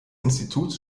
instituts